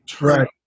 right